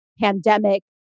pandemic